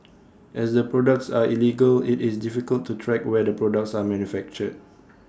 as the products are illegal IT is difficult to track where the products are manufactured